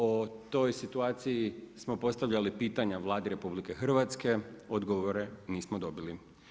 O toj situaciji smo postavljali pitanja Vladi RH, odgovore nismo dobili.